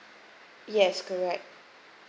yes correct